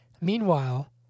Meanwhile